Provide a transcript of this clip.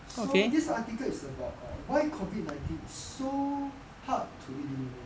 so this article is about a why COVID nineteen is so hard to eliminate